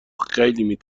خیلی